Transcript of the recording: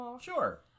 Sure